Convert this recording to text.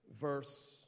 verse